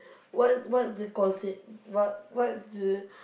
what what's the cost what what's the